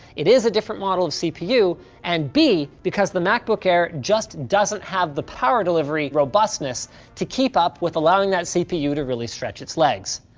it is a different model of cpu and b, because the macbook air just doesn't have the power delivery robustness to keep up with allowing that cpu to really stretch its legs.